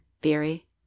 theory